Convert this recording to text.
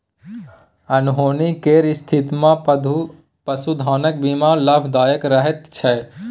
अनहोनी केर स्थितिमे पशुधनक बीमा लाभदायक रहैत छै